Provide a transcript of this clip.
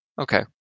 Okay